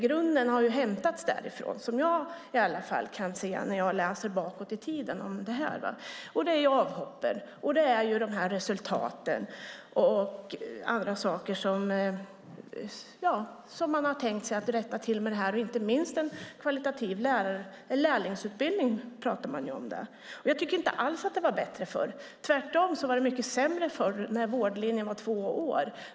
Grunden har hämtats därifrån, i alla fall vad jag kan se när jag läser bakåt i tiden om det här. Det är avhoppen, de här resultaten och andra saker som man har tänkt rätta till med det här. Inte minst pratade man om en kvalitativ lärlingsutbildning. Jag tycker inte alls att det var bättre förr. Det var tvärtom mycket sämre förr när vårdlinjen var två år.